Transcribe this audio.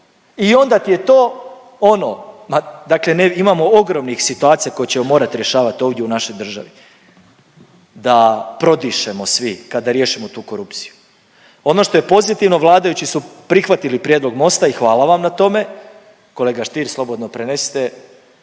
I onda ti je to ono, ma dakle imamo ogromnih situacija koje ćemo morati rješavati ovdje u našoj državi da prodišemo svi kada riješimo tu korupciju. Ono što je pozitivno vladajući su prihvatili prijedlog Mosta i hvala vam na tome. Kolega Stier slobodno prenesite.